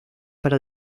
para